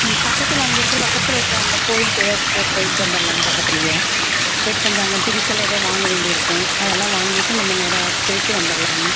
ம் பக்கத்தில் அங்கே இருக்க பக்கத்தில் இருக்க அந்த கோவிலுக்கு எதாவுதுக்கு போய்ட்டு வந்துருலாங்க பக்கத்துலயே பேய்விட்டு கொஞ்சம் அங்கே திங்ஸெல்லாம் எதா வாங்க வேண்டியது இருக்கும் அதெலாம் வாங்கிட்டு நம்ப நேராக பேய்விட்டு வந்தருலாங்க